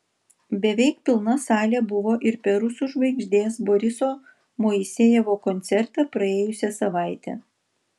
beveik pilna salė buvo ir per rusų žvaigždės boriso moisejevo koncertą praėjusią savaitę